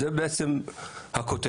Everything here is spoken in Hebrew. זו בעצם הכותרת.